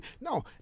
No